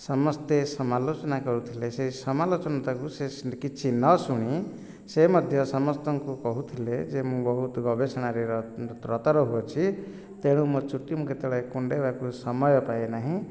ସମସ୍ତେ ସମାଲୋଚନା କରୁଥିଲେ ସେହି ସମାଲୋଚନାଟାକୁ ସେ କିଛି ନ ଶୁଣି ସେ ମଧ୍ୟ ସମସ୍ତଙ୍କୁ କହୁଥିଲେ ଯେ ମୁଁ ବହୁତ ଗବେଷଣାରେ ର ରତ ରହୁଅଛି ତେଣୁ ମୋ ଚୁଟି ମୁଁ କେତେବେଳେ କୁଣ୍ଡାଇବାକୁ ସମୟ ପାଏ ନାହିଁ